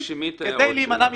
כדי להימנע מחטיפות.